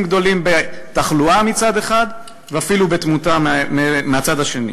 גדולים בתחלואה מצד אחד ואפילו בתמותה מהצד השני?